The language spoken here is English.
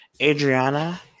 Adriana